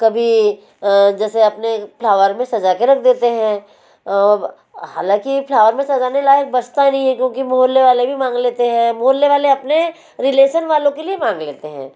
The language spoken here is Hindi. कभी जैसे आपने फलावर में सजाके रख देते हैं हालाँकि फ्लावर में सजाने लायक बचता नहीं है क्योंकि मोहल्ले वाले भी माँग हैं मोहल्ले वाले अपने रेलेसन वालों के लिए मांग लेते हैं